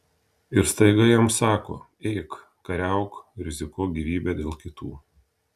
ir staiga jam sako eik kariauk rizikuok gyvybe dėl kitų